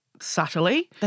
subtly